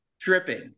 Tripping